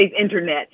internet